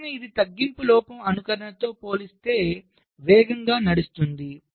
సగటున ఇది తగ్గింపు లోపం అనుకరణతో పోలిస్తే వేగంగా నడుస్తుంది